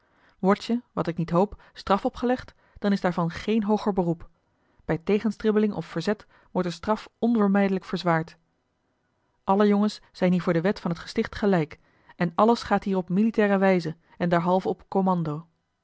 wordt je wat ik niet hoop straf opgelegd dan is daarvan geen hooger beroep bij tegenstribbeling of verzet wordt de straf onvermijdelijk verzwaard alle jongens zijn hier voor de wet van het gesticht gelijk en alles gaat hier op militaire wijze en derhalve op kommando